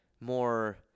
more